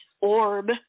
orb